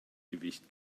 gewicht